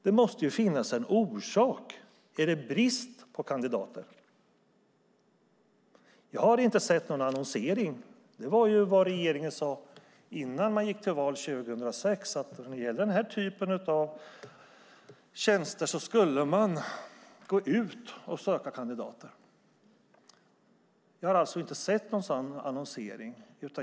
Det måste finnas en orsak. Är det brist på kandidater? Jag har inte sett någon annonsering. Innan man gick till val 2006 sade man att när det gäller denna typ av tjänster skulle man gå ut och söka kandidater. Jag har alltså inte sett någon sådan annonsering.